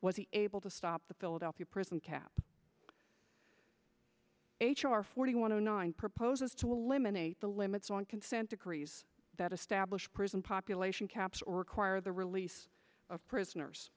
was able to stop the philadelphia prison cap h r forty one zero nine proposes to eliminate the limits on consent decrees that establish prison population caps or require the release of prisoners